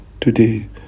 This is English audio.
today